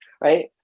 right